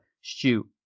Shoot